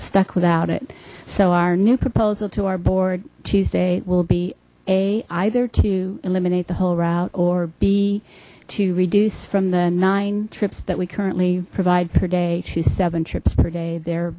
stuck without it so our new proposal to our board tuesday will be a either to eliminate the whole route or be to reduce from the nine trips that we currently provide per day to seven trips per day